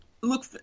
Look